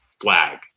flag